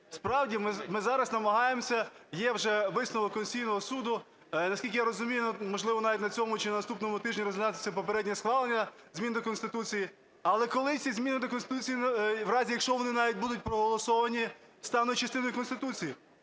Справді, ми зараз намагаємося, є вже висновок Конституційного Суду, наскільки я розумію, можливо, навіть на цьому чи на наступному тижні розглядатиметься попереднє схвалення змін до Конституції. Але коли ці зміни до Конституції в разі, якщо вони навіть будуть проголосовані, стануть частиною Конституції?